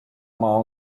maa